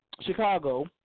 Chicago